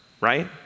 right